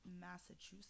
Massachusetts